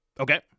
Okay